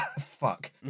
fuck